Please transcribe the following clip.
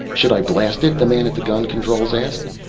should i blast it? the man at the gun controls asked.